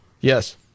Yes